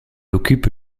occupe